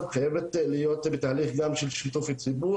חייבת להיות בתהליך של שיתוף ציבור,